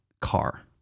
car